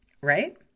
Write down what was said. right